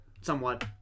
somewhat